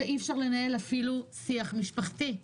מצב שאי אפשר לנהל אפילו שיח משפחתי.